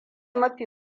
mafi